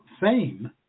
fame